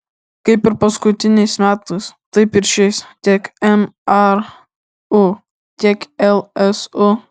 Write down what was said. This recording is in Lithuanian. kaip ir paskutiniais metais taip ir šiais tiek mru tiek lsu